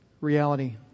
reality